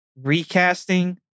recasting